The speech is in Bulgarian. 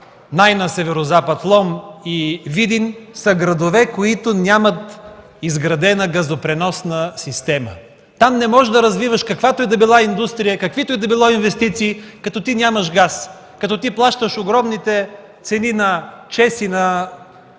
най на Северозапад – Лом и Видин, са градове, които нямат изградена газопреносна система. Там не можеш да развиваш каквато и да била индустрия, каквито и да били инвестиции, като нямаш газ, като плащаш огромните цени на ЧЕЗ и на